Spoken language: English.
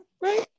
Right